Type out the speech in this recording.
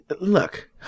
look